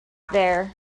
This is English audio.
there